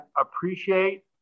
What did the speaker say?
appreciate